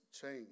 change